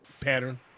pattern